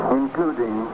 including